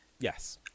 Yes